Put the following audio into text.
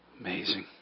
Amazing